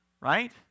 right